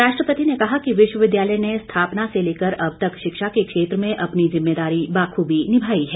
राष्ट्रपति ने कहा कि विश्वविद्यालय ने स्थापना से लेकर अब तक शिक्षा के क्षेत्र में अपनी जिम्मेदारी बाखूबी निभाई है